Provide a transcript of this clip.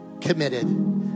committed